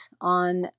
on